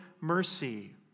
mercy